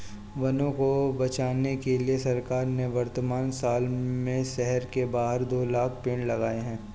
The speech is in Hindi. वनों को बचाने के लिए सरकार ने वर्तमान साल में शहर के बाहर दो लाख़ पेड़ लगाए हैं